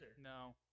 no